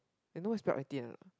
you know where is block eighteen or not